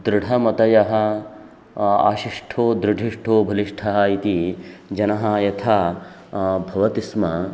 दृढमतयः आशिष्टो दृढिष्ठो बलिष्ठः इति जनः यथा भवति स्म